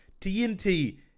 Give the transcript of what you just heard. TNT